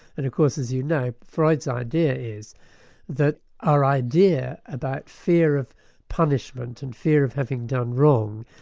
and of course as you know, freud's idea is that our idea about fear of punishment and fear of having done wrong,